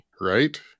right